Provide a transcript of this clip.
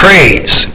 Praise